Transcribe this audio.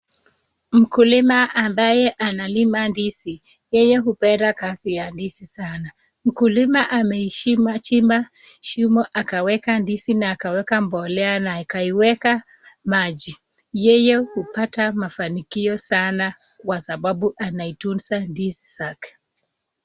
Mkulima ambaye analima ndizi, yeye hupenda kazi ya ndizi sana. Mkulima ameichimba shimo akaweka ndizi na akaweka mbolea na akaiweka maji. Yeye hupata mafanikio sana kwa sababu anaituza ndizi zake.